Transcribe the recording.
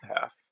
half